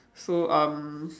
so um